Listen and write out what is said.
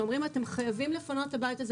שאומרים: אתם חייבים לפנות את הבית הזה,